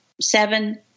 seven